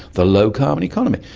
the low carbon economy.